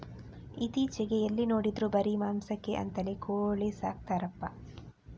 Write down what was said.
ಇತ್ತೀಚೆಗೆ ಎಲ್ಲಿ ನೋಡಿದ್ರೂ ಬರೀ ಮಾಂಸಕ್ಕೆ ಅಂತಲೇ ಕೋಳಿ ಸಾಕ್ತರಪ್ಪ